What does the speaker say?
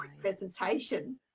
presentation